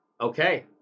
Okay